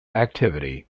activity